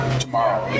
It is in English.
tomorrow